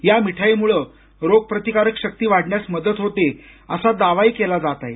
या मिठाईमुळं रोगप्रतिकारक शक्ती वाढण्यास मदत होते असा दावाही केला जात आहे